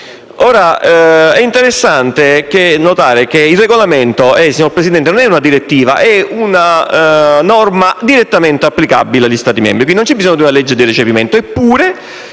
È interessante notare che il regolamento, signor Presidente, a differenza della direttiva, è una norma direttamente applicabile negli Stati membri e che non ha bisogno di una legge di recepimento.